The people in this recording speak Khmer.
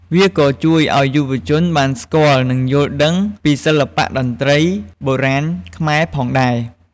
វាក៏ជួយឲ្យយុវជនបានស្គាល់ និងយល់ដឹងពីសិល្បៈតន្ត្រីបុរាណខ្មែរផងដែរ។